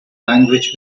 language